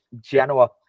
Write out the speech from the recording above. Genoa